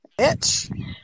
bitch